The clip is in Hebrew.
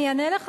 אני אענה לך.